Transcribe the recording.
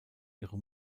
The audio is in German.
ihre